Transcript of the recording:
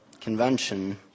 convention